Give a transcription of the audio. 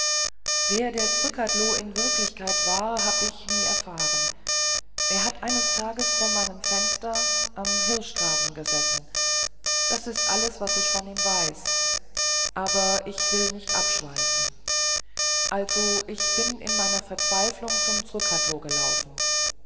wer der zrcadlo in wirklichkeit war hab ich nie erfahren er hat eines tages vor meinem fenster am hirschgraben gesessen das ist alles was ich von ihm weiß aber ich will nicht abschweifen also ich bin in meiner verzweiflung zum zrcadlo gelaufen